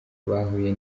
bahuye